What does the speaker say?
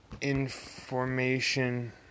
information